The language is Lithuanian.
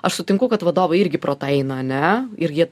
aš sutinku kad vadovai irgi pro tą eina ane ir jie